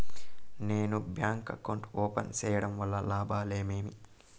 నేను bank account open సేయడం వల్ల లాభాలు ఏమేమి?